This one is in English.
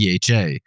DHA